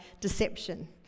deception